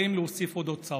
באים להוסיף עוד הוצאות.